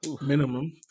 minimum